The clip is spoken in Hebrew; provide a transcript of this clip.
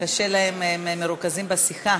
קשה להם, הם מרוכזים בשיחה.